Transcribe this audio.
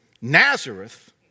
Nazareth